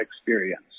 experience